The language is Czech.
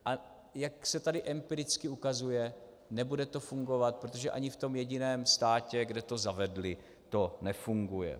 A jak se tady empiricky ukazuje, nebude to fungovat, protože ani v tom jediném státě, kde to zavedli, to nefunguje.